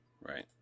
Right